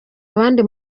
abandi